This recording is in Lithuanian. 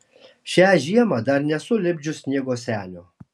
šią žiemą dar nesu lipdžius sniego senio